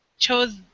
Chose